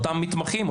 אותם מתמחים,